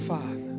Father